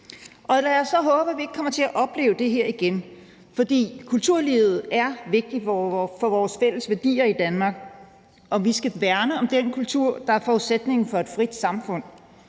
af. Lad os så håbe, at vi ikke kommer til at opleve det her igen, for kulturlivet er vigtigt for vores fælles værdier i Danmark, og vi skal værne om den kultur, der er forudsætningen for et frit samfund.